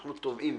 אנחנו תובעים,